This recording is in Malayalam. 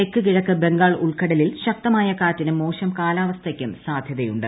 തെക്ക് കിഴക്ക് ബംഗാൾ ഉൾക്കടലിൽ ശക്തമായ കാറ്റിനും മോശം കാലാവസ്ഥയ്ക്കും സാധൃതയുണ്ട്